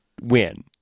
win